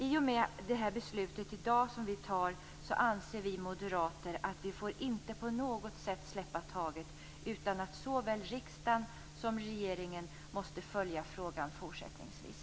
I och med det beslut vi fattar i dag anser vi moderater att vi inte på något sätt får släppa taget, utan att såväl riksdag som regering måste följa frågan även fortsättningsvis.